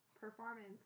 Performance